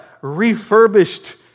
refurbished